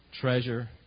treasure